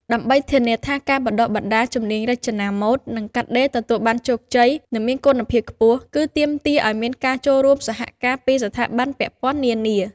ដើម្បីធានាថាការបណ្តុះបណ្តាលជំនាញរចនាម៉ូដ និងកាត់ដេរទទួលបានជោគជ័យ និងមានគុណភាពខ្ពស់ គឺទាមទារឱ្យមានការចូលរួមសហការពីស្ថាប័នពាក់ព័ន្ធនានា។